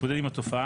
להתמודד עם התופעה